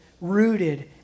rooted